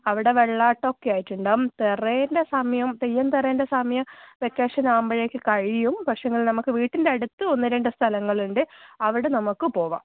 അവിടെ വെള്ളാട്ടമൊക്കെ ആയിട്ടുണ്ടാവും തിറേൻ്റെ സമയം തെയ്യം തിറേൻ്റെ സമയം വെക്കേഷൻ ആവുമ്പോഴേക്ക് കഴിയും പക്ഷേങ്കിൽ നമുക്ക് വീട്ടിൻ്റെ അടുത്ത് ഒന്ന് രണ്ട് സ്ഥലങ്ങളുണ്ട് അവിടെ നമുക്ക് പോവാം